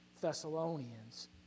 Thessalonians